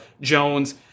Jones